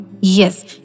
yes